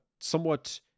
somewhat